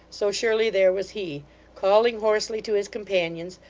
so surely there was he calling hoarsely to his companions,